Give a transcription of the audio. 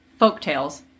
folktales